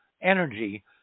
energy